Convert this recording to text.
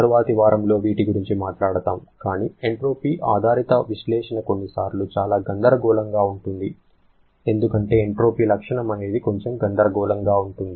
తరువాతి వారంలో వీటి గురించి మాట్లాడతాము కానీ ఎంట్రోపీ ఆధారిత విశ్లేషణ కొన్నిసార్లు చాలా గందరగోళంగా ఉంటుంది ఎందుకంటే ఎంట్రోపీ లక్షణం అనేది కొంచెం గందరగోళంగా ఉంటుంది